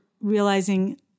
realizing